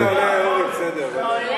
זה עולה, נו.